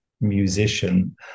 musician